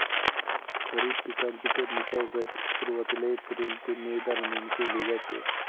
खरीप पिकांची पेरणी पावसाळ्याच्या सुरुवातीला एप्रिल ते मे दरम्यान केली जाते